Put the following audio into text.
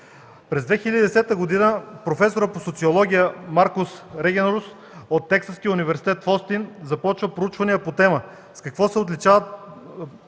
През 2010 г. професорът по социология Маркос Регнерус от Тексаския университет в Остин започва проучвания по темата „С какво се отличат